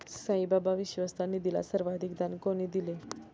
साईबाबा विश्वस्त निधीला सर्वाधिक दान कोणी दिले?